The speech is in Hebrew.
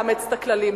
לאמץ את הכללים.